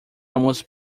almost